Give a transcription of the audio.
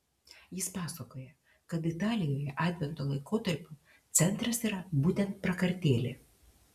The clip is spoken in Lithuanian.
jis pasakoja kad italijoje advento laikotarpio centras yra būtent prakartėlė